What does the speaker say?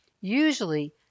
usually